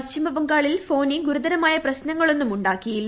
പശ്ചിമ ബംഗാളിൽ ഫോനി ഗുരുതരമായ പ്രശ്നങ്ങളൊന്നും ഉണ്ടാക്കിയില്ല